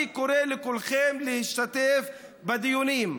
אני קורא לכולכם להשתתף בדיונים.